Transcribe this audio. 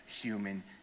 human